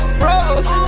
froze